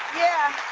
yeah.